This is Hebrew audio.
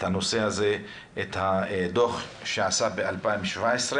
הדוח שנעשה ב-2017,